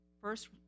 First